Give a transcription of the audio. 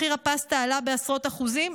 מחיר הפסטה עלה בעשרות אחוזים?